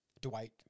Dwight